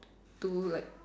to like